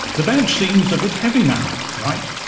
the badge seems a bit heavy now, right?